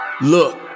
look